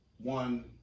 one